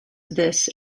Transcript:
this